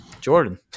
Jordan